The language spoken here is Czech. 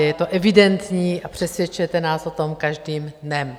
Je to evidentní a přesvědčujete nás o tom každým dnem.